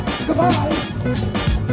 Goodbye